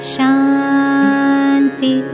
Shanti